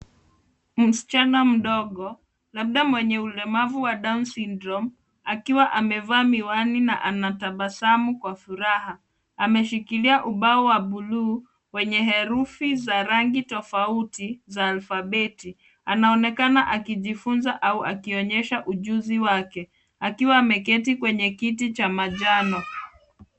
Msichana mdogo labda mwenye ulemavu wa down syndrome akiwa amevaa miwani na anatabasamu kwa furaha. Ameshikilia ubao wa buluu wenye herufi za rangi tofauti za alphabeti. Anaonekana akijifunza au akionyesha ujuzi wake akiwa ameketi kwenye kiti cha manjano.